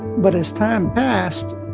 but as time passed,